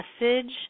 message